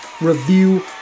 Review